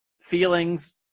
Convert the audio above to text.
feelings